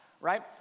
right